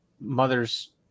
mothers